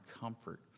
comfort